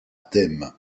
thèmes